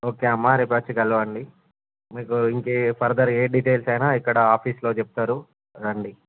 okay అమ్మ రేపు వచ్చి కలవండి మీకు ఇంకే ఫర్తర్ ఏ డీటైల్స్ అయిన ఇక్కడ ఆఫీస్లో చెప్తారు రండి